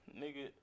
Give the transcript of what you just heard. nigga